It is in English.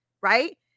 right